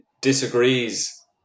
disagrees